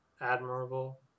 admirable